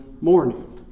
morning